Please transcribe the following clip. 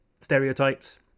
stereotypes